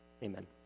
Amen